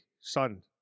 son